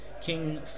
king